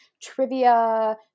trivia